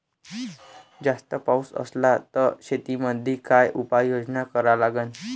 जास्त पाऊस असला त शेतीमंदी काय उपाययोजना करा लागन?